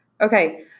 Okay